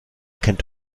kennt